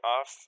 off